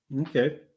Okay